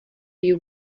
you